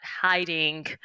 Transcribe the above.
hiding